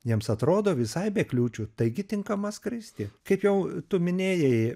jiems atrodo visai be kliūčių taigi tinkama skristi kaip jau tu minėjai